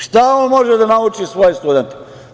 Šta on može da nauči svoje studente?